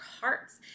hearts